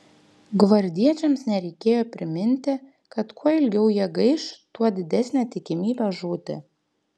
gvardiečiams nereikėjo priminti kad kuo ilgiau jie gaiš tuo didesnė tikimybė žūti